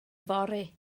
fory